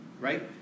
right